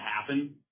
happen